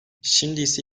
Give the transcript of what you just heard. şimdiyse